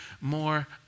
more